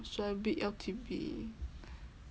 shall bid L_T_B